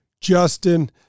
Justin